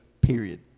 period